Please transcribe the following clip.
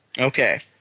Okay